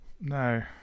No